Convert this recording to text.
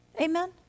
Amen